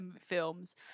films